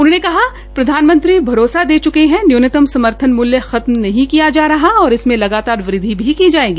उन्होंने कहा प्रधानमंत्री भरोसा दे च्के है न्यूनतम समर्थन मूल्य खत्म नहीं किया जा रहा और इसमें लगातार वृद्धि भी की जायेगी